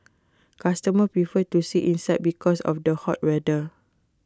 customers prefer to sit inside because of the hot weather